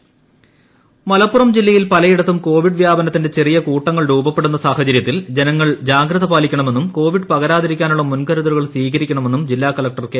മലപ്പുറം ജില്ലാ കളക്ടർ മലപ്പുറം ജില്ലയിൽ പലയിടങ്ങളിലും കോവിഡ് വ്യാപനത്തിന്റെ ചെറിയ കൂട്ടങ്ങൾ രൂപപ്പെടുന്ന സാഹചര്യത്തിൽ ജനങ്ങൾ ജാഗ്രത പാലിക്കണമെന്നും കോവിഡ് പകരാതിരിക്കാനുള്ള മുൻകരുതലുകൾ സ്വീകരിക്കണമെന്നും ജില്ലാ കളക്ടർ കെ